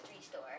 store